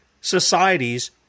societies